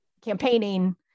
campaigning